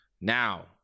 Now